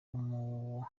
abamuzi